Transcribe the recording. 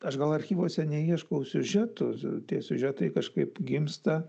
aš gal archyvuose neieškau siužetų tie siužetai kažkaip gimsta